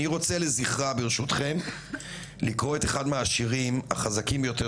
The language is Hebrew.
אני רוצה ברשותכם לקרוא את אחד מהשירים החזקים ביותר